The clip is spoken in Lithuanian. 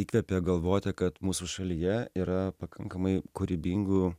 įkvepia galvoti kad mūsų šalyje yra pakankamai kūrybingų